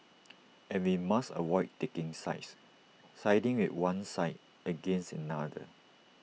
and we must avoid taking sides siding with one side against another